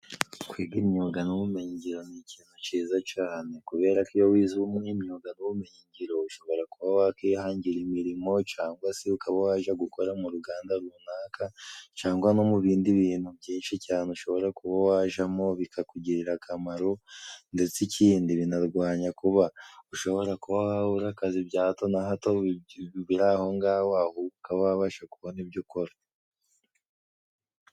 Kwiga imyuga n'ubumenyigiro ni ikintu ciza cane kubera ko iyo wize umunyamyuga w'ubumenyingiro ushobora kuba wakwihangira imirimo cangwa se ukaba waja gukora mu ruganda runaka cangwa no mu bindi bintu byinshi cane ushobora kuba wajamo bikakugirira akamaro ndetse ikindi binarwanya kuba ushobora kuba wabura akazi bya hato na hato biri ahongaho ukaba wabasha kubona ibyo ukora.